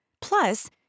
Plus